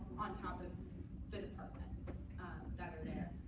on top of the departments that are there.